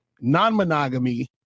non-monogamy